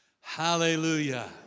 Hallelujah